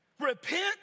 Repent